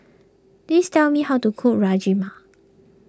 please tell me how to cook Rajma